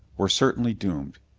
we're certainly doomed!